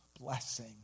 blessing